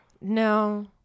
no